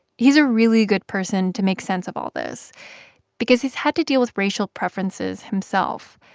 he's a really good person to make sense of all this because he's had to deal with racial preferences himself,